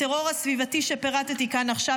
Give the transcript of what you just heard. הטרור הסביבתי שפירטתי כאן עכשיו,